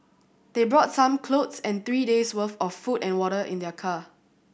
they brought some clothes and three days' worth of food and water in their car